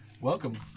Welcome